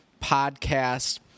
podcast